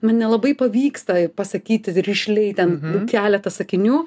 man nelabai pavyksta pasakyti rišliai ten keletą sakinių